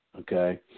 okay